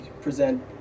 present